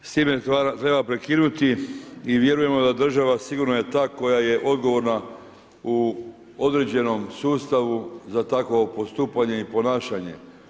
S time treba prekinuti i vjerujemo da je država sigurno ta koja je odgovorna u određenom sustavu za takvo postupanje i ponašanje.